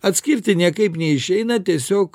atskirti niekaip neišeina tiesiog